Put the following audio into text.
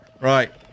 Right